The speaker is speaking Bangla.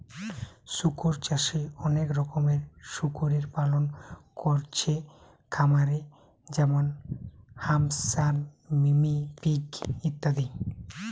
শুকর চাষে অনেক রকমের শুকরের পালন কোরছে খামারে যেমন হ্যাম্পশায়ার, মিনি পিগ ইত্যাদি